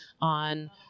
on